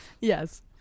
Yes